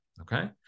Okay